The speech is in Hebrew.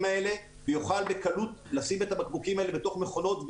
האלה ויוכל בקלות לשים את הבקבוקים האלה בתוך מכונות,